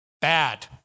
bad